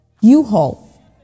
u-haul